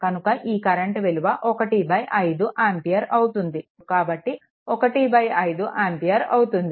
కనుక ఈ కరెంట్ విలువ 15 ఆంపియర్ అవుతుంది కాబట్టి i1 1 5 ఆంపియర్ అవుతుంది